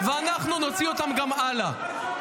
-- ואנחנו נוציא אותם גם הלאה.